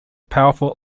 powerful